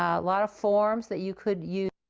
a lot of forms that you could use.